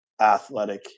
athletic